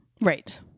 Right